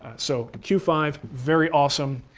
so q five, very awesome.